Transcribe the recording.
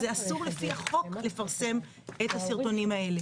זה אסור לפי החוק לפרסם את הסרטונים האלה.